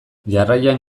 jarraian